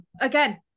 again